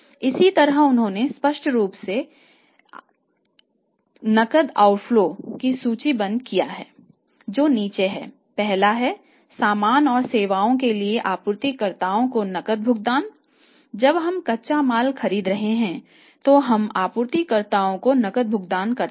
इसी तरह उन्होंने स्पष्ट रूप से नकद के बहिर्वाह है